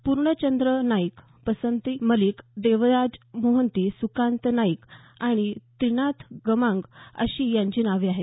पूर्णचंद्र नाईक बसंती मलिक देवराज मोहंती सुकांत नाईक आणि त्रिनाथ गमांग अशी त्यांची नावं आहेत